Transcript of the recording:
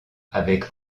avec